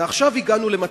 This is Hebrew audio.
ועכשיו הגענו למצב,